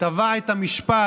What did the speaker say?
טבע את המשפט: